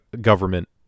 government